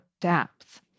depth